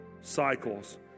cycles